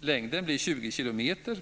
Längden blir 20 kilometer.